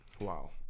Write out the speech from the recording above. Wow